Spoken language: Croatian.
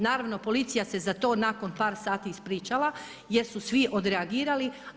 Naravno policija se za to nakon par sati ispričala, jer su svi odreagirali.